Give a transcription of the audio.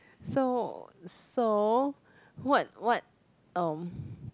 so so what what um